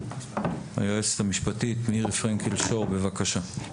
היועצת המשפטית, מירי פרנקל שור, בבקשה.